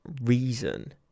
Reason